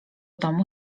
domu